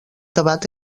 debat